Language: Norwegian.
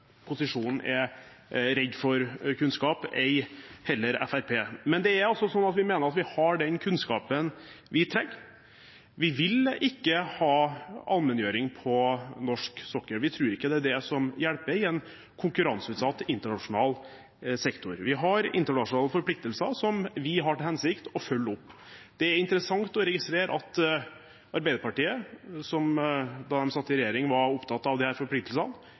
posisjonen er redd for kunnskap, ei heller Fremskrittspartiet. Men vi mener at vi har den kunnskapen vi trenger. Vi vil ikke ha allmenngjøring på norsk sokkel. Vi tror ikke det er det som hjelper i en konkurranseutsatt internasjonal sektor. Vi har internasjonale forpliktelser som vi har til hensikt å følge opp. Det er interessant å registrere at Arbeiderpartiet, som da de satt i regjering, var opptatt av disse forpliktelsene,